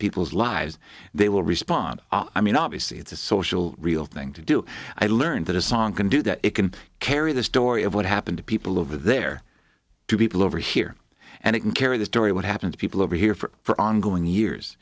people's lives they will respond i mean obviously it's a social real thing to do i learnt that a song can do that it can carry the story of what happened to people over there to people over here and it can carry the story what happened to people over here for ongoing years